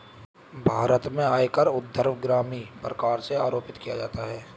भारत में आयकर ऊर्ध्वगामी प्रकार से आरोपित किया जाता है